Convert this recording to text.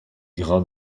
grains